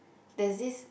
there's this